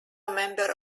member